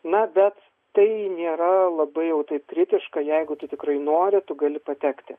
na bet tai nėra labai jau taip kritiška jeigu tu tikrai nori tu gali patekti